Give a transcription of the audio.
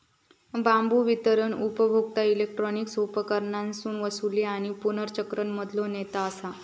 बांबू वितरण उपभोक्ता इलेक्ट्रॉनिक उपकरणांच्या वसूली आणि पुनर्चक्रण मधलो नेता असा